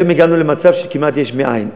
היום הגענו למצב של כמעט יש מאין.